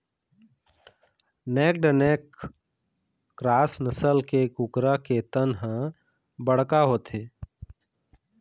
naked neck cross नसल के कुकरा के तन ह बड़का होथे